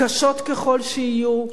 קשות ככל שיהיו,